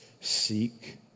seek